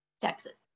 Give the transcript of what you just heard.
Texas